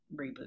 reboot